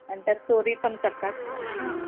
आणि त्यात चोरी पण करतात हा